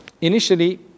Initially